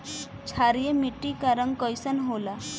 क्षारीय मीट्टी क रंग कइसन होला?